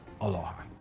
Aloha